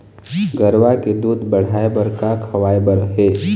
गरवा के दूध बढ़ाये बर का खवाए बर हे?